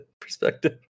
perspective